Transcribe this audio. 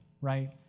right